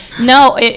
No